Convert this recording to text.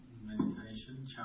meditation